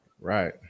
Right